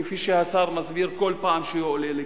כפי שהשר מסביר בכל פעם שהוא עולה לכאן,